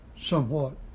somewhat